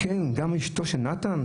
"כן, גם אשתו של נתן?